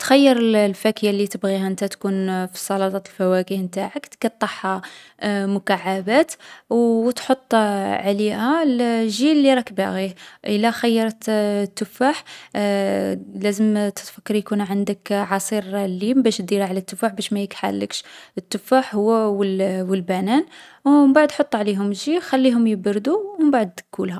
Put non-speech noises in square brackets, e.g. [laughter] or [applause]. تخيّر الفاكية لي تبغيها أنت تكون في السلطة الفواكه نتاعك. تقطّعها مكعّبات و [hesitation] تحط عليها الـالجي لي راك باغيه. إلا خيّرت التفاح، [hesitation] لازم تتفكري يكون عندك عصير الليم باش ديره على التفاح باش ما يكحالكش. التفاح و الـ البنان، ومبعد حط عليهم الجي. خليهم يبردو و مبعد كولها.